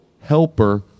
helper